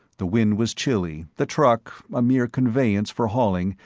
the wind was chilly the truck, a mere conveyance for hauling,